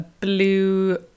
blue